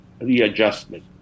readjustment